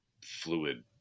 fluid